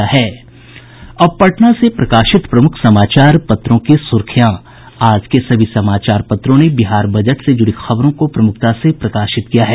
अब पटना से प्रकाशित प्रमुख समाचार पत्रों की सुर्खियां आज के सभी समाचार पत्रों ने बिहार बजट से जुड़ी खबरों को प्रमुखता से प्रकाशित किया है